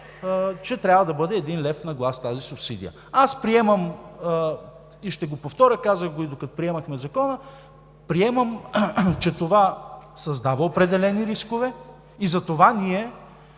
трябва да бъде един лев на глас. Аз приемам – ще го повторя, казах го и докато приемахме Закона, че това създава определени рискове и затова ние